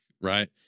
right